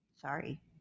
Sorry